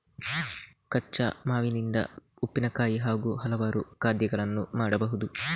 ಕಚ್ಚಾ ಮಾವಿನಿಂದ ಉಪ್ಪಿನಕಾಯಿ ಹಾಗೂ ಹಲವಾರು ಖಾದ್ಯಗಳನ್ನು ಮಾಡಬಹುದು